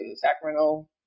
Sacramento